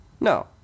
no